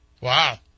Wow